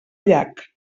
llac